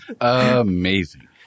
Amazing